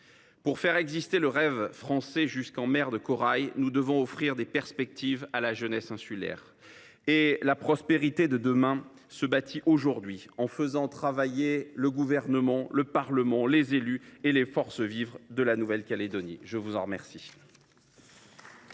Pour faire exister le rêve français jusqu’en mer de Corail, nous devons offrir des perspectives à la jeunesse insulaire. Et la prospérité de demain se bâtit aujourd’hui, en faisant travailler ensemble le Gouvernement, le Parlement, les élus et les forces vives de la Nouvelle Calédonie ! La discussion